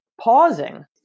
pausing